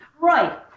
Right